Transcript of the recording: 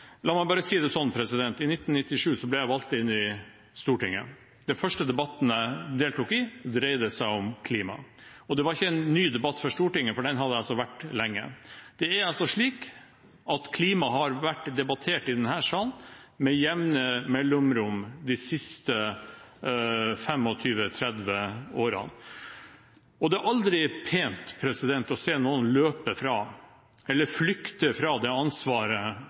La meg bare si det sånn: I 1997 ble jeg valgt inn på Stortinget. Den første debatten jeg deltok i, dreide seg om klima. Og det var ikke en ny debatt for Stortinget – den hadde vart lenge. Det er altså slik at klima har vært debattert i denne salen med jevne mellomrom de siste 25–30 årene. Det er aldri pent å se noen flykte fra det ansvaret